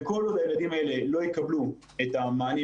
כל עוד הילדים האלה לא יקבלו את המענים